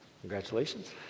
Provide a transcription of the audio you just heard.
Congratulations